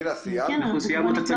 כן, אנחנו סיימנו.